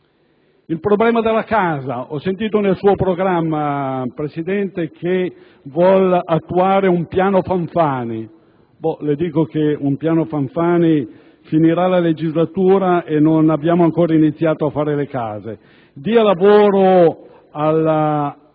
Il problema della casa. Ho sentito nel suo programma, Presidente, che vuole attuare un piano Fanfani: le dico che in questo modo finirà la legislatura e non avremo ancora iniziato a costruire le case. Dia lavoro al